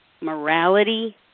morality